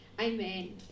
Amen